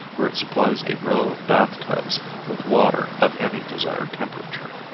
where it supplies a row of bath-tubs with water of any desired temperature.